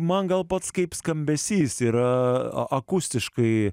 man gal pats kaip skambesys yra akustiškai